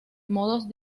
modos